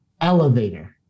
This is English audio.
elevator